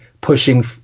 pushing